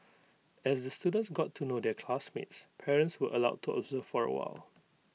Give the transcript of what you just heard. as the students got to know their classmates parents were allowed to observe for A while